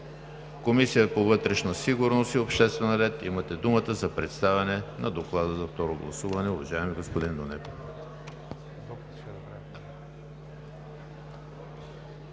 Комисията по вътрешна сигурност и обществен ред. Имате думата за представяне на Доклада за второ гласуване, уважаеми господин Нунев.